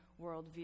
worldview